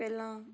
ਪਹਿਲਾਂ